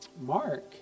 Mark